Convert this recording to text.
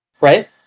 right